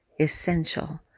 essential